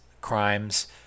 crimes